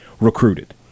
recruited